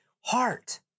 heart